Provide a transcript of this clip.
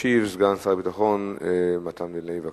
ישיב סגן שר הביטחון מתן וילנאי.